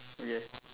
okay